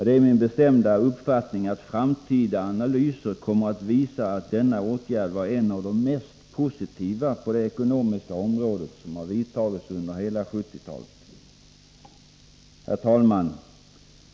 Det är min bestämda uppfattning att framtida analyser kommer att visa att denna åtgärd var en av de mest positiva på det ekonomiska området som vidtagits under hela 1970-talet. Herr talman!